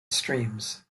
streams